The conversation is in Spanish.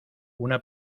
una